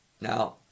Now